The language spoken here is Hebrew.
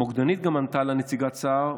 המוקדנית גם ענתה לנציגת סה"ר,